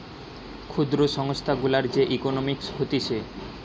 ক্ষুদ্র সংস্থা গুলার যে ইকোনোমিক্স হতিছে